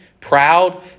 proud